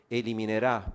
eliminerà